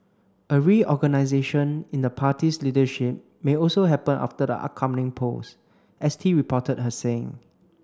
a reorganisation in the party's leadership may also happen after the upcoming polls S T reported her saying